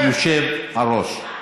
תקשיבו פעם.